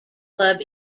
club